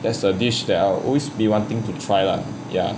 that's the dish that I will always be wanting to try lah ya